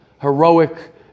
heroic